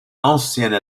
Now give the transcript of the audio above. ancienne